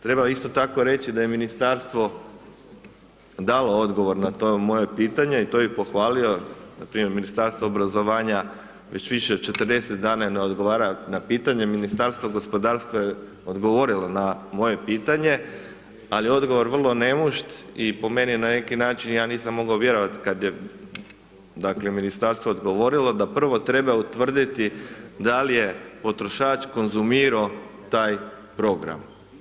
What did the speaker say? Treba isto tako reći da je ministarstvo dalo odgovor na to moje pitanje i to bi pohvalio npr. Ministarstvo obrazovanja već više od 40 dana ne odgovara na pitanja, Ministarstvo gospodarstva je odgovorilo na moje pitanje ali odgovor vrlo nemušt i po meni ja na neki način nisam mogao vjerovat kad je dakle ministarstvo odgovorilo da prvo treba utvrditi da li je potrošač konzumirao taj program.